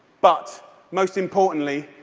but most importantly,